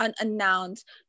unannounced